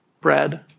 bread